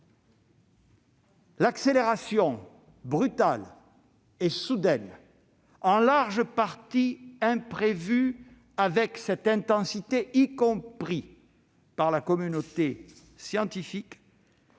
L'accélération brutale et soudaine, en large partie imprévue avec une telle intensité, y compris par la communauté scientifique,